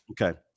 Okay